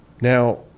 Now